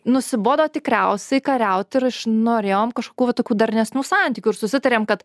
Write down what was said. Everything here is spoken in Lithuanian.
nusibodo tikriausiai kariaut ir norėjom kažkokių vat tokių darnesnių santykių ir susitarėm kad